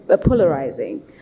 polarizing